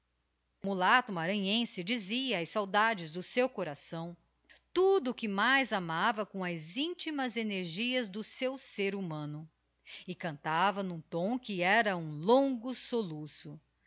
mulato maranhense dizia as saudades do seu coração tudo o que mais amava com as intimas energias do seu ser humano e cantava n'um tom que era um longo soluço